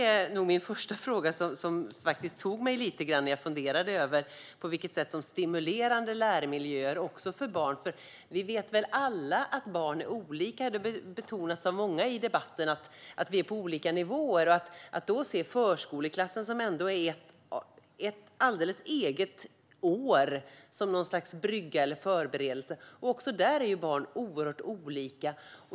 Det är min första fråga, som slog mig när jag funderade över stimulerande lärmiljöer för barn. Vi vet alla att barn är olika; det har betonats av många i debatten att vi är på olika nivåer. Förskoleklassen, som ändå är ett alldeles eget år, kan ses som något slags brygga eller förberedelse, och även där är barn oerhört olika.